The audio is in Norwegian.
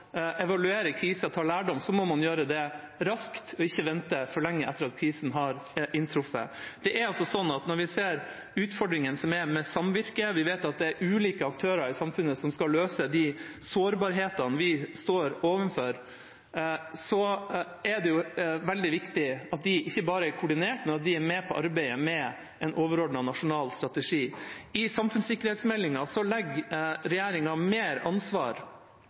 vi ser utfordringene som er med samvirke, når vi vet at det er ulike aktører i samfunnet som skal løse de sårbarhetene vi står overfor, er det veldig viktig at de ikke bare er koordinert, men at de også er med i arbeidet med en overordnet nasjonal strategi. I samfunnssikkerhetsmeldinga legger regjeringa mer ansvar